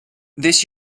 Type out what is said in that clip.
this